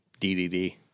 DDD